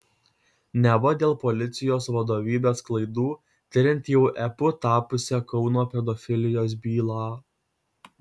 neva dėl policijos vadovybės klaidų tiriant jau epu tapusią kauno pedofilijos bylą